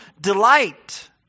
delight